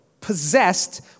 possessed